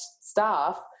staff